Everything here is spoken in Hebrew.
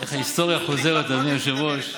ההיסטוריה חוזרת, אדוני היושב-ראש.